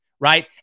right